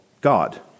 God